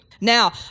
Now